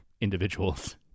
individuals